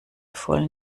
voll